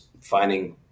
finding